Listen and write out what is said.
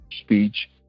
speech